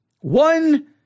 one